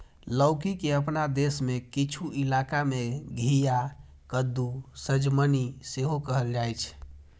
लौकी के अपना देश मे किछु इलाका मे घिया, कद्दू, सजमनि सेहो कहल जाइ छै